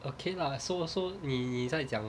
okay lah so so 你你在讲